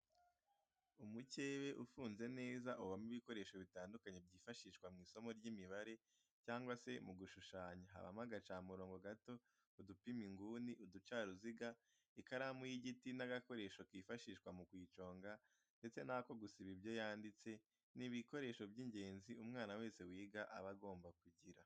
Umukebe ufunze neza ubamo ibikoresho bitandukanye byifashishwa mu isomo ry'imibare cyangwa se mu gushushanya, habamo agacamurongo gato, udupima inguni, uducaruziga, ikaramu y'igiti n'agakoresho kifashishwa mu kuyiconga ndetse n'ako gusiba ibyo yanditse, ni ibikoresho by'ingenzi umwana wese wiga aba agomba kugira.